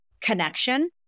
Connection